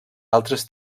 altres